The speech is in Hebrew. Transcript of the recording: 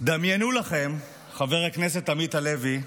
דמיינו לכם, חבר הכנסת עמית הלוי,